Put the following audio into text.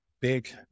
big